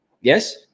Yes